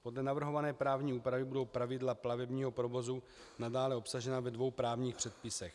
Podle navrhované právní úpravy budou pravidla plavebního provozu nadále obsažena ve dvou právních předpisech.